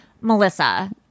Melissa